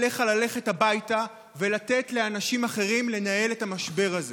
עליך ללכת הביתה ולתת לאנשים אחרים לנהל את המשבר הזה.